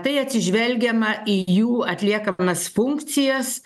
tai atsižvelgiama į jų atliekamas funkcijas